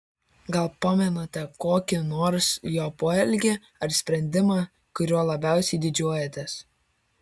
gal pamenate kokį nors jo poelgį ar sprendimą kuriuo labiausiai didžiuojatės